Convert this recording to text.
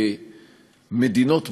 שמדינות בעולם,